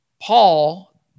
Paul